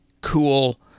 cool